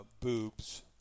boobs